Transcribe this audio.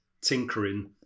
tinkering